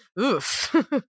oof